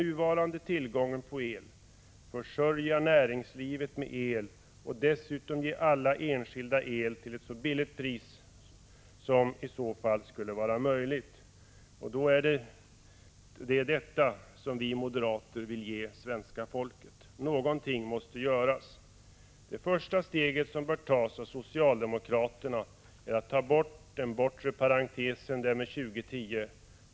1985/86:124 nuvarande tillgången på el försörja näringslivet med el och dessutom ge alla — 23 april 1986 enskilda el till ett så lågt pris som i så fall skulle vara möjligt. Det är detta som vi moderater vill ge svenska folket. Något måste göras! Det första steg som bör tas av socialdemokraterna är att ta bort den bortre parentesen — den vid år 2010.